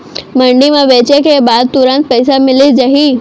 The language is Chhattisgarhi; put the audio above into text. मंडी म बेचे के बाद तुरंत पइसा मिलिस जाही?